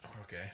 Okay